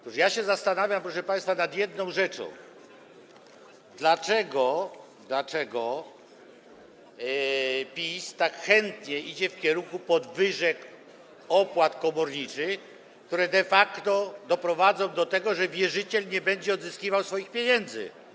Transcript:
Otóż ja się zastanawiam, proszę państwa, nad jedną rzeczą: dlaczego PiS tak chętnie idzie w kierunku podwyżek opłat komorniczych, które de facto doprowadzą do tego, że wierzyciel nie będzie odzyskiwał swoich pieniędzy.